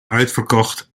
uitverkocht